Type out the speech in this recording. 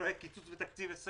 שלא יהיה קיצוץ בתקציב 2020